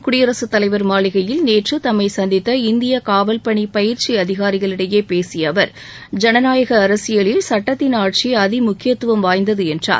குடியரசுத் தலைவர் மாளிகையில் நேற்று தம்மை சந்தித்த இந்திய காவல் பணி பயிற்சி அதிகாரிகளிடையே பேசிய அவர் ஜனநாயக அரசியலில் சுட்டத்தின் ஆட்சி அதிமுக்கியத்துவம் வாய்ந்தது என்றார்